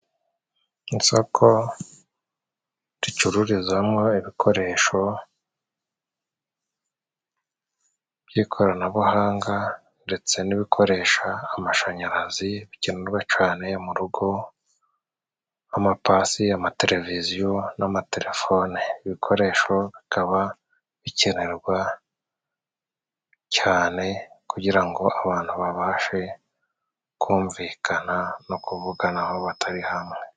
Isoko ricururizamo ibikoresho by'ikoranabuhanga ndetse n'ibikoresha amashanyarazi bikenerwa cane mu rugo nk' amapasi, amateleviziyo n'amatelefone; ibikoresho bikaba bikenerwa cyane kugira ngo abantu babashe kumvikana no kuvuganaho batari hamwe.